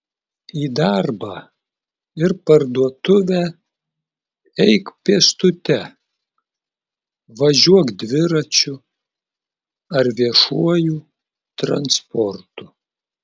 į darbą ir parduotuvę eik pėstute važiuok dviračiu ar viešuoju transportu